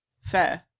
Fair